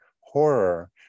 horror